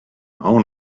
own